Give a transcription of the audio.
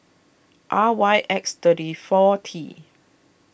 R Y X thirty four T